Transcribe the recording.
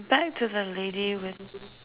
back to the lady with